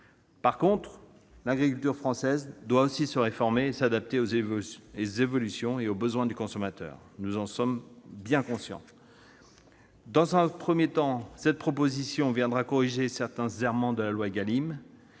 change. L'agriculture française doit aussi se réformer et s'adapter aux évolutions et aux besoins du consommateur. Nous en sommes bien conscients. Cette proposition de loi vient corriger certains errements de la loi Égalim.